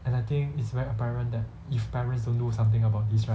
and I think it's very apparent that if parents don't do something about this right